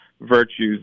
virtues